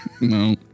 No